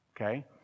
okay